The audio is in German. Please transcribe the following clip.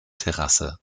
terrasse